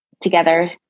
together